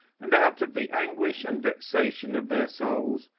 and out of the anguish and vexation of their souls,